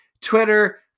Twitter